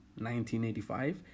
1985